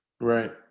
Right